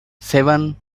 seven